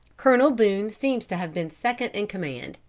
colonel boone seems to have been second in command.